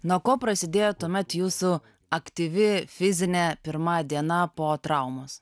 nuo ko prasidėjo tuomet jūsų aktyvi fizinė pirma diena po traumos